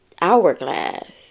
hourglass